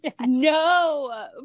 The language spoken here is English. No